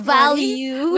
value